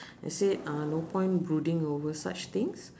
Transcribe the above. I said uh no point brooding over such things